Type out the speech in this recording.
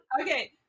Okay